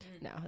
No